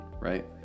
right